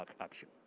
action